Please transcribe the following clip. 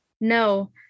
No